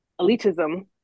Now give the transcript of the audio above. elitism